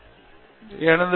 விஜய் பரத்வாஜ் எனது பி